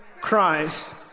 Christ